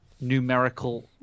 numerical